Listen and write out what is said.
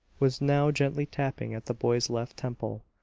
was now gently tapping at the boy's left temple.